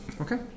Okay